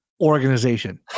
organization